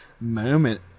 moment